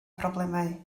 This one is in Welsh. problemau